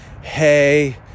Hey